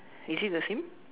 is it the same